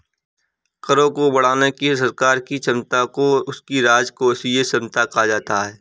करों को बढ़ाने की सरकार की क्षमता को उसकी राजकोषीय क्षमता कहा जाता है